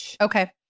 Okay